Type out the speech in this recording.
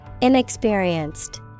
Inexperienced